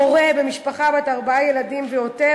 הורה במשפחה בת ארבעה ילדים ויותר,